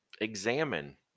Examine